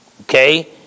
Okay